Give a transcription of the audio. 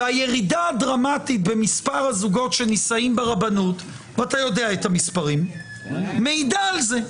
הירידה הדרמטית במספר הזוגות שנישאים ברבנות מעידה על זה.